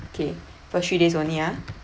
okay for three days only ah